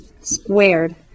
squared